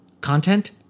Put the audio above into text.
Content